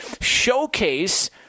showcase